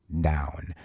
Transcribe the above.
down